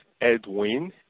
Edwin